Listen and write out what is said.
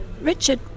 Richard